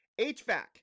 HVAC